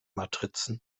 matrizen